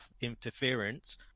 interference